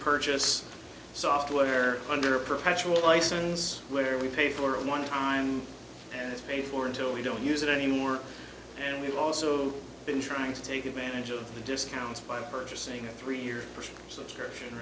purchase software under a perpetual license where we pay for a one time and it's paid for until we don't use it anymore and we've also been trying to take advantage of the discounts by purchasing a three year subscription